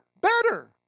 better